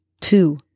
two